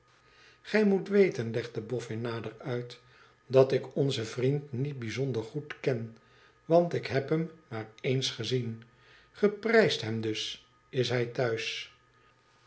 gij moet weten legde boffin nader uit dat ik onzen vriend niet bijzonder goed ken want ik heb hem maar ééns gezien ge prijst hem dus is hij thuis